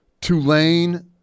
Tulane